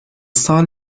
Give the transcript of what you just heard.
سال